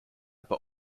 but